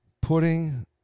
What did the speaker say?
putting